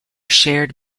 shared